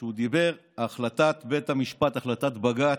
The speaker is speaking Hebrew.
שהוא דיבר על החלטת בית המשפט, החלטת בג"ץ,